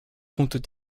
comptes